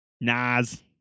Nas